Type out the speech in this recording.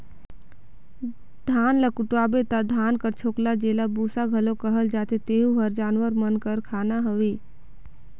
धान ल कुटवाबे ता धान कर छोकला जेला बूसा घलो कहल जाथे तेहू हर जानवर मन कर खाना हवे